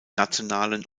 nationalen